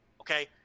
okay